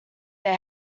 they